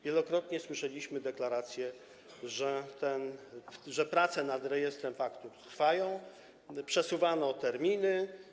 Wielokrotnie słyszeliśmy deklaracje, że prace nad rejestrem faktur trwają, przesuwano terminy.